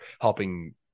helping